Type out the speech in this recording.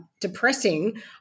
depressing